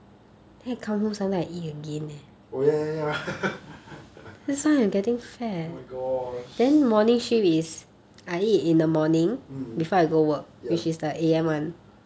oh ya ya oh my gosh mm ya